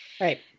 right